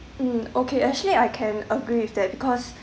mm okay actually I can agree with that because